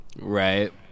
Right